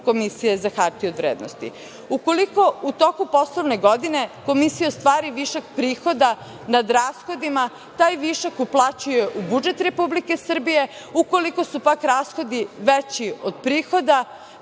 Komisije za hartije od vrednosti. Ukoliko u toku poslovne godine Komisija ostvari višak prihoda nad rashodima, taj višak uplaćuje u budžet Republike Srbije. Ukoliko su pak rashodi veći od prihoda,